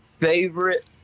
favorite